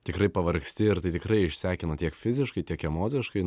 tikrai pavargsti ir tai tikrai išsekina tiek fiziškai tiek emociškai